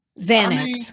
Xanax